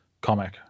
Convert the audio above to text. comic